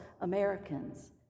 Americans